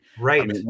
right